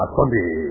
Sunday